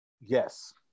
Yes